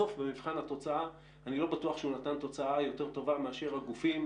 בסוף במבחן התוצאה אני לא בטוח שהוא נתן תוצאה יותר טובה מאשר הגופים